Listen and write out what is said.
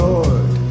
Lord